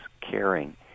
caring